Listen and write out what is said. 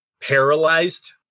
paralyzed